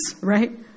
right